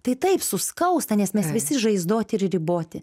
tai taip suskausta nes mes visi žaizdoti ir riboti